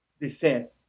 descent